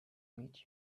meet